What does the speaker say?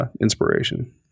inspiration